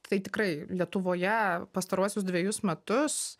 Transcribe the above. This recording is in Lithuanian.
tai tikrai lietuvoje pastaruosius dvejus metus